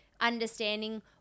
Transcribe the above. understanding